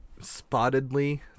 Spottedly